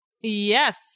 Yes